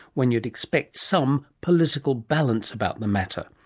when you'd expect some political balance about the matter.